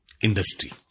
industry